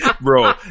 Bro